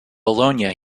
bologna